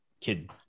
kid